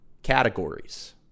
categories